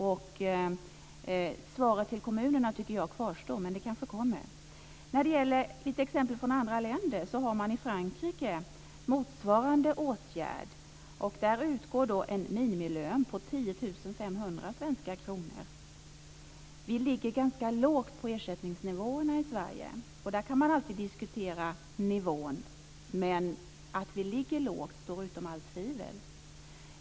Det kvarstår att ge ett svar till kommunerna, men det kanske kommer. När det gäller exempel från andra länder kan jag säga att man i Frankrike har motsvarande åtgärd. Där utgår en minimilön på 10 500 svenska kronor. Vi ligger ganska lågt vad gäller ersättningsnivåerna i Sverige. Vi kan alltid diskutera nivån, men att vi ligger lågt står utom allt tvivel.